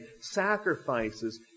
sacrifices